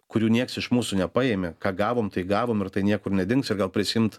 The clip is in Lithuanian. kurių nieks iš mūsų nepaėmė ką gavom tai gavom ir tai niekur nedings ir gal prisiimt